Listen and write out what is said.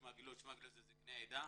שמגלוץ' שהם זקני העדה.